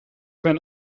mein